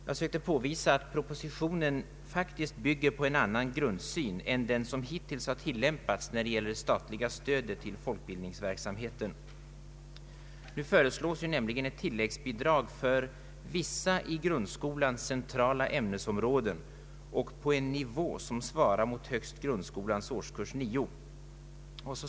Jag sökte påvisa att förslaget i propositionen faktiskt bygger på en annan grundsyn än den som hittills har tillämpats när det gäller det statliga stödet till folkbildningsverksamheten. Nu föreslås nämligen ett tilläggsbidrag för ”vissa i grundskolan centrala ämnesområden och på en nivå som svarar mot högst grundskolans årskurs 9”.